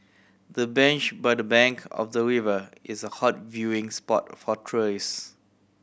the bench by the bank of the river is a hot viewing spot for tourist